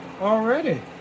already